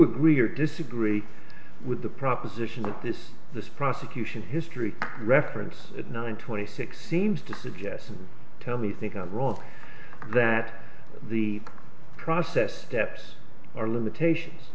agree or disagree with the proposition that this this prosecution history reference at nine twenty six seems to suggest tell me think of iraq that the process caps are limitations